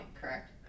correct